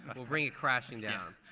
but we'll bring it crashing down.